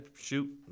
shoot